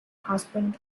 husband